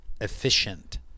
efficient